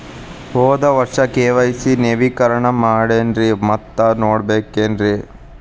ಹೋದ ವರ್ಷ ಕೆ.ವೈ.ಸಿ ನವೇಕರಣ ಮಾಡೇನ್ರಿ ಮತ್ತ ಮಾಡ್ಬೇಕೇನ್ರಿ?